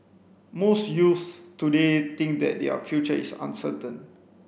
most youths today think that their future is uncertain